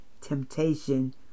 temptation